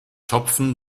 topfen